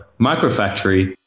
microfactory